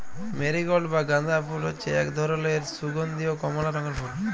marigold বা গাঁদা ফুল হচ্যে এক ধরলের সুগন্ধীয় কমলা রঙের ফুল